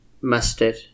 mustard